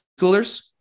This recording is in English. schoolers